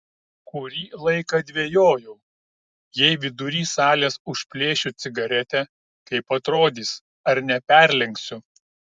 kurį laiką dvejojau jei vidury salės užplėšiu cigaretę kaip atrodys ar neperlenksiu